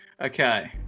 Okay